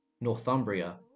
Northumbria